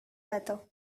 weather